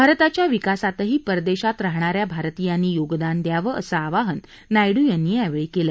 भारताच्या विकासातही परदेशात राहणारया भारतीयांनी योगदान द्यावं असं आवाहन नायडू यांनी यावेळी केलं